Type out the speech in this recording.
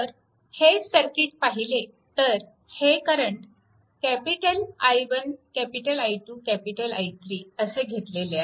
तर हे सर्किट पाहिले तर हे करंट I1 I2 I3 असे घेतले आहेत